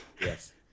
Yes